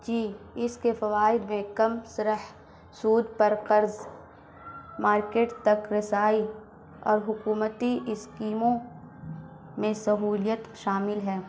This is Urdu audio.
جی اس کے فوائد میں کم سرح سود پر قرض مارکیٹ تک رسائی اور حکومتی اسکیموں میں سہولیت شامل ہیں